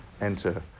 enter